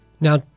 Now